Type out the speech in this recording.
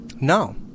No